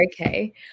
okay